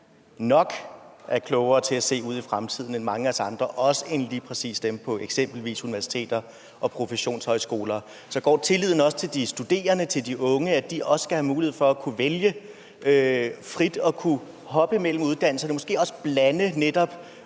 nok er bedre til at se ud i fremtiden end mange af os andre – også end dem på eksempelvis universiteter og professionshøjskoler. Så er der også tillid til de studerende, de unge, og til, at de også skal have mulighed for at kunne vælge frit og kunne hoppe mellem uddannelserne og måske også blande netop